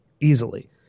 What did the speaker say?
easily